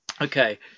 Okay